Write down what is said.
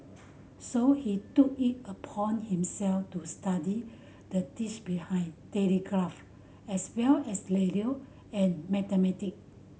so he took it upon himself to study the tech behind telegraph as well as radio and mathematic